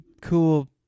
cool